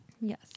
Yes